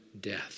death